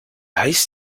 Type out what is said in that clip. heißt